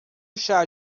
chá